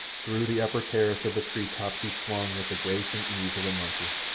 through the upper terrace of the tree-tops he swung with the grace and ease of a monkey.